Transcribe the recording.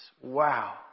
Wow